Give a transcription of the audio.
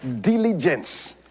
diligence